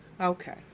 Okay